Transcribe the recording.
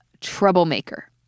troublemaker